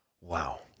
Wow